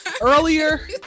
earlier